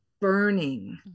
burning